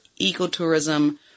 ecotourism